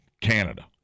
Canada